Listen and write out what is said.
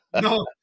No